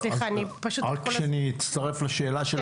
רק שאני אצטרף לשאלה,